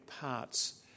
parts